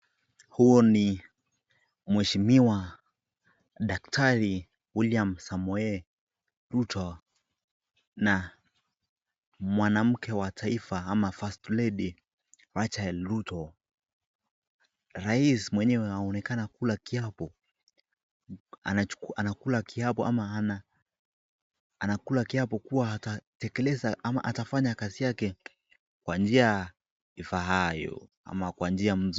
Huu ni mheshimiwa daktari William Samoei na mwanamke wa nchi Rechael Ruto, rais mwenye anaonekana anakula kiapo kuwa atatekeleza ama atafanya kazi yake kwa njia ifaayo.